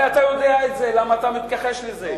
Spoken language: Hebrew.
הרי אתה יודע את זה, למה אתה מתכחש לזה?